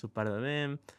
su pardavėjom